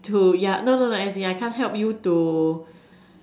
to yeah no no no as in I can't help you to